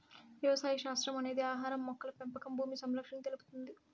వ్యవసాయ శాస్త్రం అనేది ఆహారం, మొక్కల పెంపకం భూమి సంరక్షణను తెలుపుతుంది